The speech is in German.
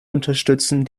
unterstützen